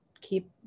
keep